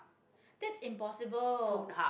that's impossible